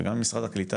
וגם ממשרד הקליטה,